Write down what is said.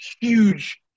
huge